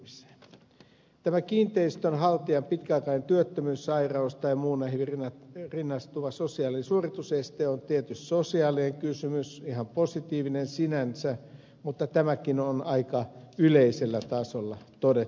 tämä kiinteistön haltijan pitkäaikainen työttömyys sairaus tai muu näihin rinnastuva sosiaalinen suorituseste on tietty sosiaalinen kysymys ihan positiivinen sinänsä mutta tämäkin on aika yleisellä tasolla todettu asia